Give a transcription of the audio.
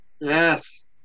yes